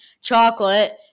chocolate